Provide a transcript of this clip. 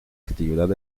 actividad